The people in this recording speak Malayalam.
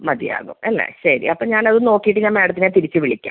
മതിയാകും അല്ലേ ശരി അപ്പം ഞാനതൊന്ന് നോക്കിയിട്ട് ഞാൻ മാഡത്തിനെ തിരിച്ച് വിളിക്കാം